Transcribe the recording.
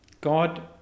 God